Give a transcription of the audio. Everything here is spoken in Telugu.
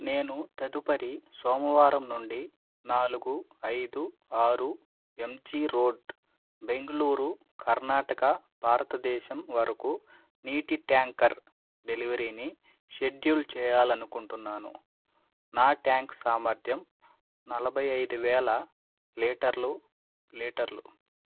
నేను తదుపరి సోమవారం నుండి నాలుగు ఐదు ఆరు ఎంజీ రోడ్ బెంగ్ళూరు కర్ణాటక భారతదేశం వరకు నీటి ట్యాంకర్ డెలివరీని షెడ్యూల్ చేయాలనుకుంటున్నాను నా ట్యాంక్ సామర్థ్యం నలభై ఐదు వేల లీటర్లు లీటర్లు